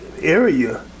area